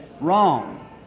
wrong